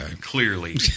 Clearly